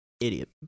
idiot